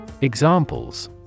Examples